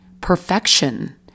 perfection